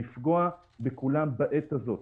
לפגוע בכולם בעת הזאת,